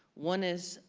one is,